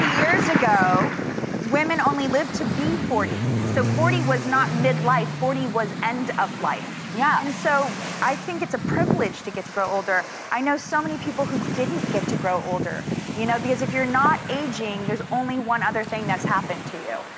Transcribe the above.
years ago women only lived to be forty, so forty was not midlife forty was end of life. yeah and so i think its's a privilege to get to grow older. i know so many people who didn't get to grow older you know because if you're not aging there's only one other thing that's happened to you.